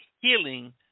healing